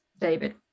David